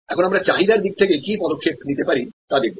এখন আমরা চাহিদার দিক থেকে কী পদক্ষেপ নিতে পারি তা দেখব